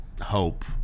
hope